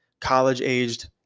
college-aged